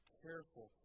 careful